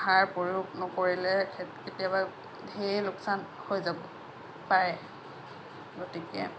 সাৰ প্ৰয়োগ নকৰিলে কেতিয়াবা ধেই লোকচান হৈ যাব পাৰে গতিকে